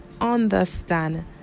understand